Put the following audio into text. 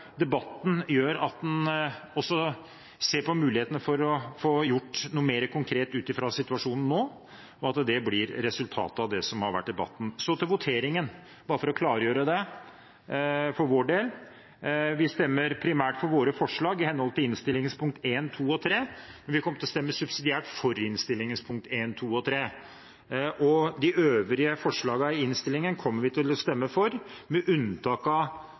debatten gjør at en også ser på mulighetene for å få gjort noe mer konkret ut fra situasjonen nå, og at det blir resultatet av debatten. Så til voteringen, bare for å klargjøre det for vår del: Vi stemmer primært for våre forslag i henhold til tilrådingens I, II og III, men vi kommer til å stemme subsidiært for tilrådingens I, II og III. De øvrige forslagene i tilrådingen kommer vi til å stemme for, med unntak av